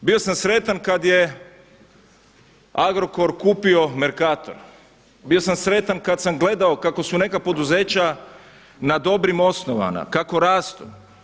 Bio sam sretan kad je Agrokor kupio Mercator, bio sam sretan kad sam gledao kako su neka poduzeća na dobrim osnovama, kako rastu.